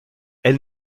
elle